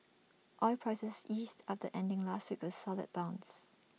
oil prices eased after ending last week with A solid bounce